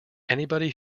anybody